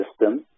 system